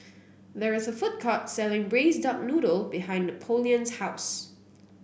there is a food court selling Braised Duck Noodle behind Napoleon's house